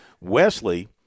Wesley